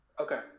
Okay